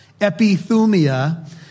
epithumia